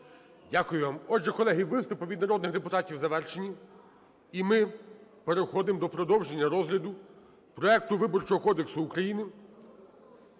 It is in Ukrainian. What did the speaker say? Дякую вам. Отже, колеги, виступи від народних депутатів завершені і ми переходимо до продовження розгляду проекту Виборчого кодексу України